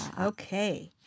Okay